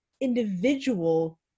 individual